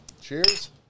Cheers